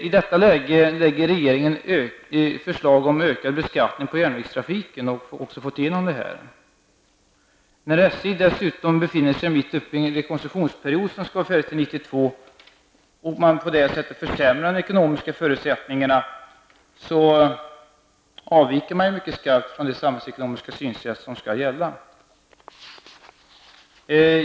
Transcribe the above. I denna situation lägger regeringen fram förslag om ökad beskattning av järnvägstrafiken och har också fått igenom sitt förslag. När SJ dessutom befinner sig mitt uppe i en rekonstruktion som skall vara färdig till 1992, och man på så sätt försämrar de ekonomiska förutsättningarna, avviker man mycket starkt från det ekonomiska synsätt som skall gälla.